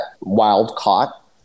wild-caught